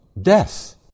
death